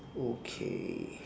okay